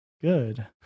good